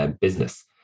business